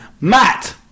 Matt